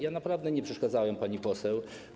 Ja naprawdę nie przeszkadzałem pani poseł.